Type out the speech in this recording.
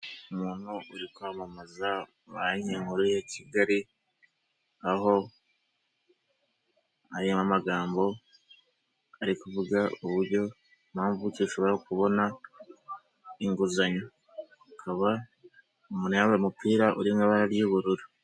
Umuntu uri kwamamaza banki nkuru ya kigali aho ayo magambo ari kuvuga uburyo ushobora kubona inguzanyo akaba umuntu yambaye umupira uri mu ibara ry'ubururu.